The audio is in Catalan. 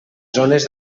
zones